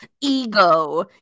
ego